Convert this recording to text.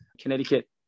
Connecticut